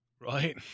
right